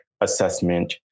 assessment